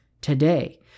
today